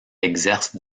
exerce